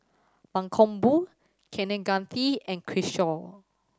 Mankombu Kaneganti and Kishore